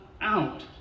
out